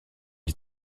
die